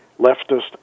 leftist